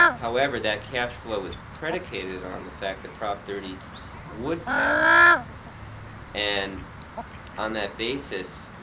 however, that cash flow is predicated on the fact that prop thirty would pass and on that basis,